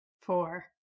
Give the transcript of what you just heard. four